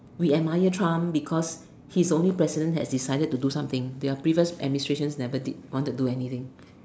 we admire Trump because he is only president that has decided to do something their previous administrations never did want to do anything